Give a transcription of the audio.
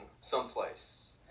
someplace